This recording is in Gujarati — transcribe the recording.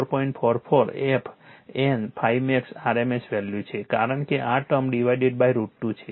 44 f N ∅max RMS value છે કારણ કે આ ટર્મ ડીવાઇડેડ બાય √ 2 છે